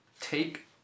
Take